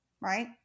Right